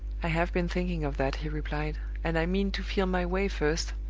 i have been thinking of that, he replied and i mean to feel my way first,